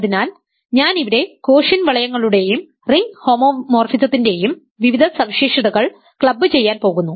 അതിനാൽ ഞാൻ ഇവിടെ കോഷ്യന്റ് വളയങ്ങളുടെയും റിംഗ് ഹോമോമോർഫിസത്തിന്റെയും വിവിധ സവിശേഷതകൾ ക്ലബ് ചെയ്യാൻ പോകുന്നു